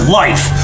life